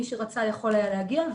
מי שרצה יכול היה להגיע,